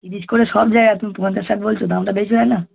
তিরিশ করে সব জায়গায় তুমি পঞ্চাশ ষাট বলছ দামটা বেশি হয় না